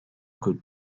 could